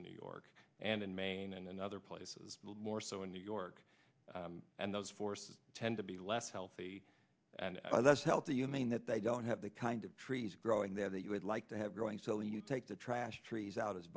in new york and in maine and in other places more so in new york and those forces tend to be less healthy and that's healthy you mean that they don't have the kind of trees growing there that you would like to have growing so when you take the trash trees out